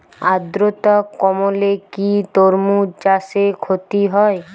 আদ্রর্তা কমলে কি তরমুজ চাষে ক্ষতি হয়?